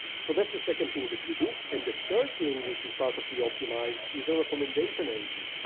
so that's the second thing that we do. and the third thing, which is part of reoptimize, is a recommendation engine.